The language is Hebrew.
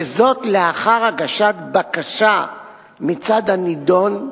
וזאת לאחר הגשת בקשה מצד הנידון,